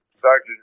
Sergeant